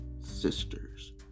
sisters